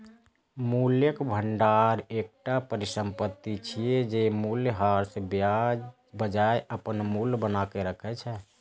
मूल्यक भंडार एकटा परिसंपत्ति छियै, जे मूल्यह्रासक बजाय अपन मूल्य बनाके राखै छै